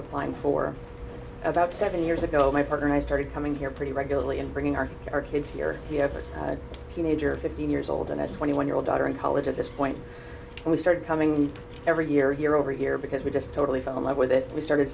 applying for about seven years ago my partner and i started coming here pretty regularly and bringing our our kids here we have a teenager fifteen years old and as a twenty one year old daughter in college at this point and we started coming in every year year over year because we just totally fell in love with it we started